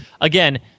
again